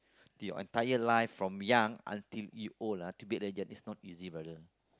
till your entire life from young until you old ah to be a legend it's not easy brother